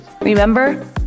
Remember